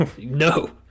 No